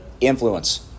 Influence